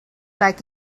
like